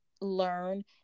learn